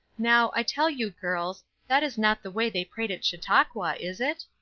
now, i tell you, girls, that is not the way they prayed at chautauqua, is it?